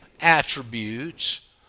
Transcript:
attributes